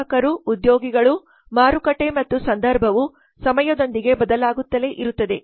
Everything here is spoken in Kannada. ಗ್ರಾಹಕರು ಉದ್ಯೋಗಿಗಳು ಮಾರುಕಟ್ಟೆ ಮತ್ತು ಸಂದರ್ಭವು ಸಮಯದೊಂದಿಗೆ ಬದಲಾಗುತ್ತಲೇ ಇರುತ್ತದೆ